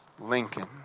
Lincoln